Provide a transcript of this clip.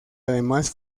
además